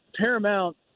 paramount